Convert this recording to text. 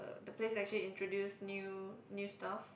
the place actually introduce new new stuff